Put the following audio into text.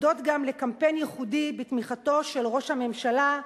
תודות גם לקמפיין ייחודי בתמיכתו של ראש הממשלה,